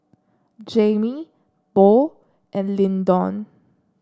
Jamie Bo and Lyndon